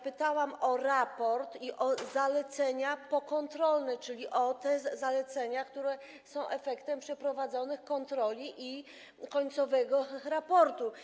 Pytałam o raport i o zalecenia pokontrolne, czyli te zalecenia, które są efektem przeprowadzonych kontroli i końcowego raportu.